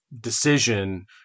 decision